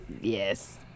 yes